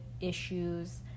issues